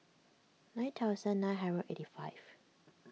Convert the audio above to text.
nine thousand nine hundred eighty five